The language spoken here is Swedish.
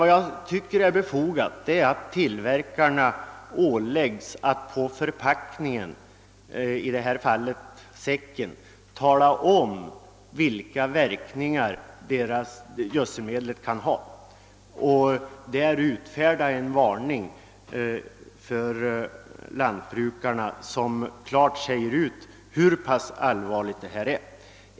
Vad jag anser vara befogat är emellertid att tillverkarna åläggs att på förpackningen — i det här fallet säcken — tala om vilka verkningar gödselmedlet kan ha och där utfärda en varning som klart säger hur pass farligt medlet är.